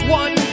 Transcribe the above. one